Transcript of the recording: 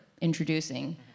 introducing